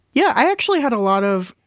yeah, i actually had a lot of,